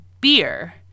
beer